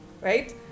right